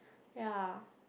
ya